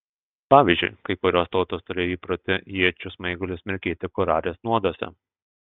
pavyzdžiui kai kurios tautos turėjo įprotį iečių smaigalius mirkyti kurarės nuoduose